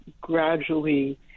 gradually